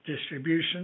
distribution